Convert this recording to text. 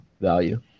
value